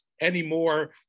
anymore